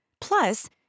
Plus